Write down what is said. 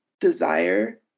desire